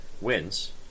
wins